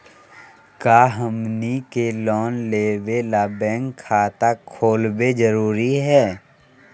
का हमनी के लोन लेबे ला बैंक खाता खोलबे जरुरी हई?